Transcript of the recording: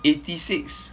eighty six